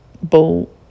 bull